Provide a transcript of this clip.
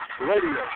Radio